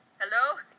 hello